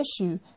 issue